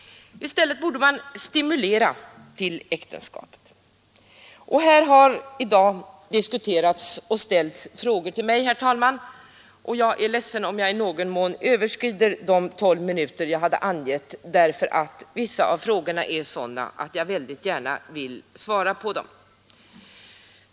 I stället borde man stimulera till äktenskap. Här har i dag diskuterats och ställts frågor till mig, herr talman, och jag är ledsen om jag i någon mån överskrider de 12 minuter jag hade angivit på talarlistan, därför att vissa av frågorna är sådana att jag gärna vill svara på dem.